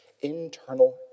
internal